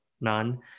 none